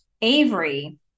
Avery